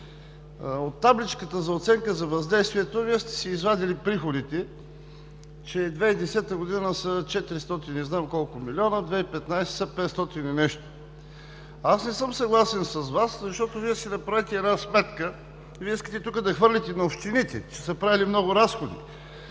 От табличката за оценка на въздействието Вие сте извадили приходите, че 2010 г. са четиристотин и не знам колко милиона, 2015 г. са петстотин и нещо. Не съм съгласен с Вас, защото Вие си направихте една сметка и искате тук да хвърлите на общините, че са правили много разходи.